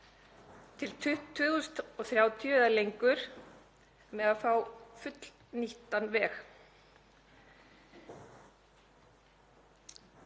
til 2030 eða lengur með að fá fullnýttan veg.